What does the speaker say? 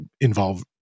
involve